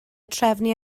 trefnu